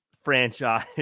franchise